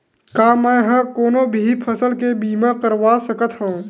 का मै ह कोनो भी फसल के बीमा करवा सकत हव?